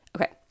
Okay